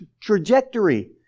trajectory